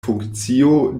funkcio